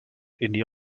indie